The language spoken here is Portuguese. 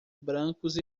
brancos